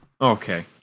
Okay